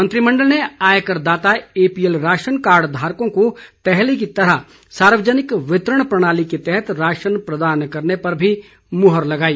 मंत्रिमंडल ने आयकर दाता एपीएल राशनकार्ड धारकों को पहले की तरह सार्वजनिक वितरण प्रणाली के तहत राशन प्रदान करने पर भी मुहर लगाई